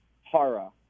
Hara